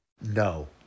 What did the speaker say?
No